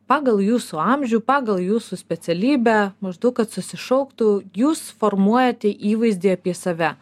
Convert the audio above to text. pagal jūsų amžių pagal jūsų specialybę maždaug kad susišauktų jūs formuojate įvaizdį apie save